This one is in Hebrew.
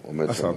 הוא עומד שם.